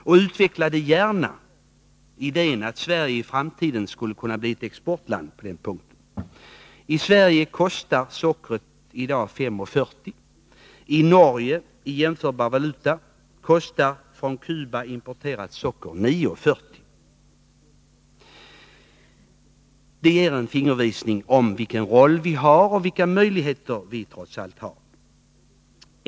Och utveckla gärna idén att Sverige i framtiden skulle kunna bli ett exportland på detta område. I Sverige kostar sockret i dag 5:40. I Norge, i jämförbar valuta, kostar från Cuba importerat socker 9:40. Det ger en fingervisning om vilken roll vi har och vilka möjligheter vi trots allt har.